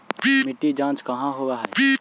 मिट्टी जाँच कहाँ होव है?